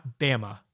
Bama